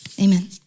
amen